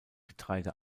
getreide